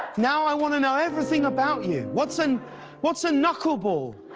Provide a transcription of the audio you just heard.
now i want to know everything about you. what's and what's a knuckle ball?